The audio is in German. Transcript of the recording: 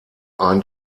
ein